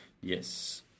Yes